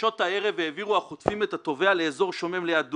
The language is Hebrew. "בשעות הערב העבירו החוטפים את התובע לאזור שומם ליד דורא.